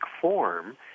form